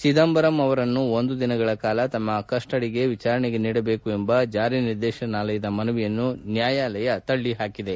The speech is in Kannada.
ಚಿದಂಬರಂ ಅವರನ್ನು ಒಂದು ದಿನಗಳ ಕಾಲ ತಮಗೆ ಕಸ್ವದಿ ವಿಚಾರಣೆಗೆ ನೀಡಬೇಕು ಎಂಬ ಜಾರಿ ನಿರ್ದೇಶನಾಲಯದ ಮನವಿಯನ್ನು ನ್ಯಾಯಾಲಯ ತಳ್ಳಿಹಾಕಿದೆ